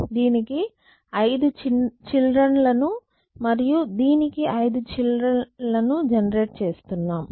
దీనికి 5 చిల్డ్రన్ లను మరియు దీనికి 5 చిల్డ్రన్ లను జెనెరేట్ చేస్తున్నాం